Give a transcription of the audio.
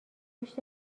پشت